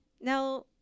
now